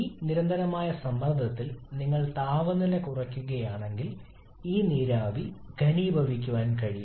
ഈ നിരന്തരമായ സമ്മർദ്ദത്തിൽ നിങ്ങൾ താപനില കുറയ്ക്കുകയാണെങ്കിൽ ഈ നീരാവി ഘനീഭവിക്കാൻ കഴിയും